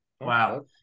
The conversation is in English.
Wow